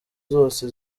zose